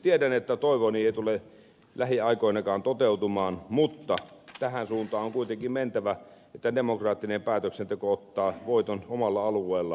tiedän että toiveeni ei tule lähiaikoinakaan toteutumaan mutta tähän suuntaan on kuitenkin mentävä että demokraattinen päätöksenteko ottaa voiton omalla alueellaan